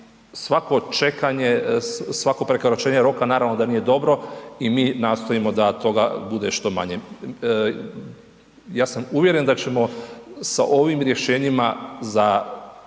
svako čekanje, svako prekoračenje roka naravno da nije dobro i mi nastojimo da toga bude što manje. Ja sam uvjeren da ćemo sa ovim rješenjima za